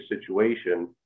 situation